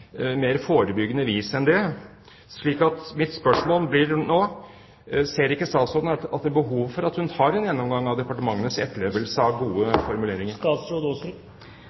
mer forebyggende vis enn det. Mitt spørsmål blir nå: Ser ikke statsråden at det er behov for at hun tar en gjennomgang av departementenes etterlevelse av gode formuleringer?